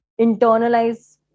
internalize